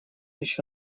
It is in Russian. еще